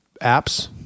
apps